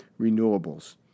renewables